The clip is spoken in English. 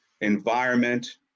environment